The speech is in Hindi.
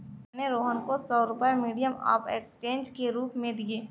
मैंने रोहन को सौ रुपए मीडियम ऑफ़ एक्सचेंज के रूप में दिए